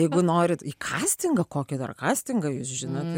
jeigu norite į kastingą kokią dar kastingą jūs žinot